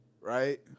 Right